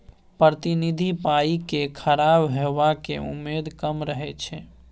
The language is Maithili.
प्रतिनिधि पाइ केँ खराब हेबाक उम्मेद कम रहै छै